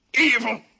Evil